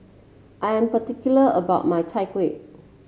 I am particular about my Chai Kueh